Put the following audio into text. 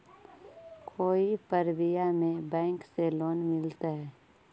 कोई परबिया में बैंक से लोन मिलतय?